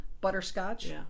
butterscotch